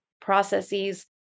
processes